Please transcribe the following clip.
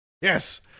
Yes